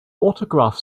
autograph